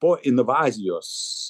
po invazijos